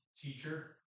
teacher